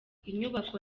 inyubako